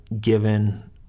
given